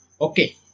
Okay